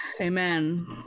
Amen